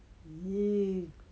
!ee!